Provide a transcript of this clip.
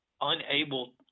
unable